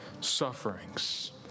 sufferings